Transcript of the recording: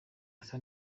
asa